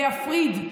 להפריד,